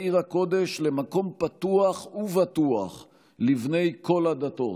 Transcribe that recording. עיר הקודש למקום פתוח ובטוח לבני כל הדתות.